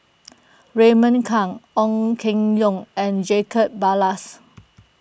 Raymond Kang Ong Keng Yong and Jacob Ballas